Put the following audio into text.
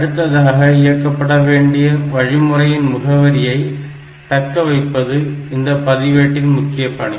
அடுத்ததாக இயக்கப்பட வேண்டிய வழிமுறையின் முகவரியை தக்கவைப்பது இந்தப் பதிவேட்டில் முக்கிய பணி